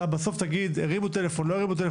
בסוף אתה תגיד שטילפנו או לא טילפנו,